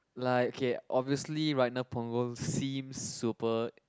like okay obviously right now Punggol seems super